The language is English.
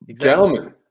Gentlemen